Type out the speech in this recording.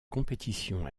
compétition